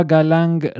Galang